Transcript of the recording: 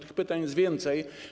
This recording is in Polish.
Tych pytań jest więcej.